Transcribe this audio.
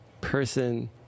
person